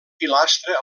pilastra